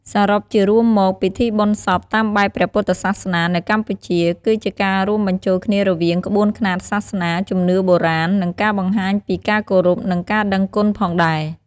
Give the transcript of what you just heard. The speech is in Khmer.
សរុបជារួមមក ពិធីបុណ្យសពតាមបែបព្រះពុទ្ធសាសនានៅកម្ពុជា គឺជាការរួមបញ្ចូលគ្នារវាងក្បួនខ្នាតសាសនា ជំនឿបុរាណ និងការបង្ហាញពីការគោរព និងការដឹងគុណផងដែរ។